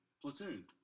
Platoon